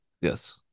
Yes